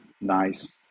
Nice